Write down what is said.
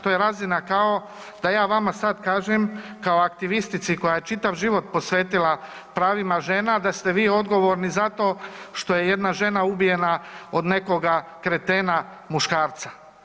To je razina kao da ja vama sada kažem kao aktivistici koja je čitav život posvetila pravima žena da ste vi odgovorni za to što je jedna žena ubijena od nekoga kretena muškarca.